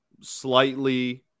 slightly